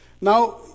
now